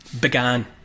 began